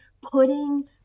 putting